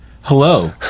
Hello